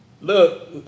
Look